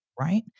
right